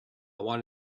want